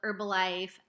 Herbalife